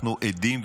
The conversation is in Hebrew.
אנחנו עדים,